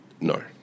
No